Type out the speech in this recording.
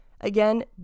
Again